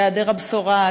היעדר הבשורה,